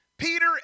Peter